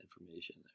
information